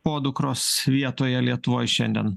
podukros vietoje lietuvoj šiandien